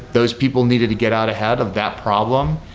those people needed to get out ahead of that problem.